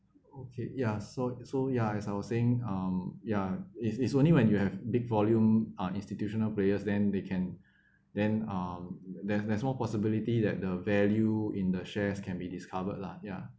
okay ya so so ya as I was saying um ya it's it's only when you have big volume uh institutional players then they can then um there's there's more possibility that the value in the shares can be discovered lah ya